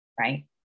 right